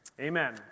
Amen